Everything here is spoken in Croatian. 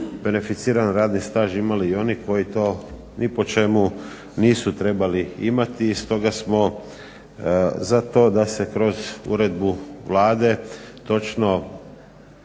beneficirani radni staž imali i oni koji to ni po čemu nisu trebali imati i stoga smo za to da se kroz uredbu Vlade točno